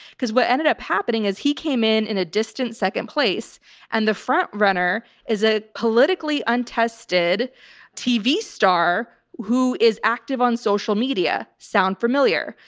because what ended up happening is he came in in a distant second place and the front runner is a politically untested tv star who is active on social media. sound familiar?